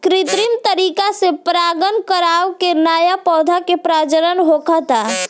कृत्रिम तरीका से परागण करवा के न्या पौधा के प्रजनन होखता